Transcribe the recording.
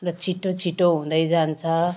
र छिट्टो छिट्टो हुँदै जान्छ